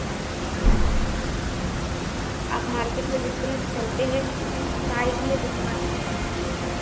आप मार्केट में जिस तरफ़ से चलते हें साइड में दुकान